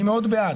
אני מאוד בעד.